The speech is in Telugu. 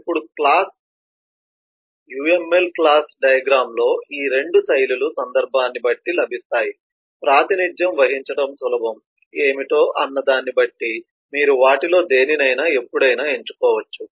ఇప్పుడు క్లాస్ UML క్లాస్ డయాగ్రమ్ లో ఈ రెండు శైలులు సందర్భాన్ని బట్టి లభిస్తాయి ప్రాతినిధ్యం వహించటం సులభం ఏమిటో అన్న దాన్ని బట్టి మీరు వాటిలో దేనినైనా ఎప్పటికప్పుడు ఎంచుకోవచ్చు